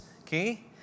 okay